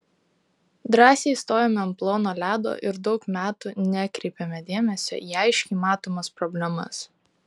drąsiai stojome ant plono ledo ir daug metų nekreipėme dėmesio į aiškiai matomas problemas